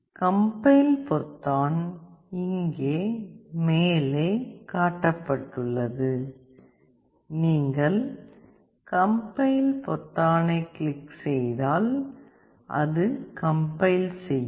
compile பொத்தான் இங்கே மேலே காட்டப்பட்டுள்ளது நீங்கள் கம்பைல் பொத்தானைக் கிளிக் செய்தால் அது கம்பைல் செய்யும்